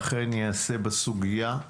אכן ייעשה בסוגיה.